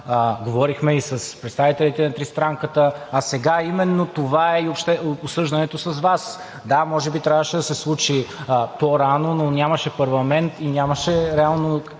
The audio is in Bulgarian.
говорихме и с представителите на Тристранката, а сега именно това е обсъждането с Вас. Да, може би трябваше да се случи по-рано, но нямаше парламент и нямаше реално